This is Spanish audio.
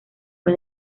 fue